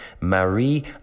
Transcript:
Marie